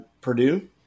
Purdue